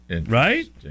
Right